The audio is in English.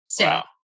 Wow